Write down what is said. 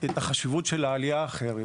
את החשיבות של העלייה האחרת.